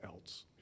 else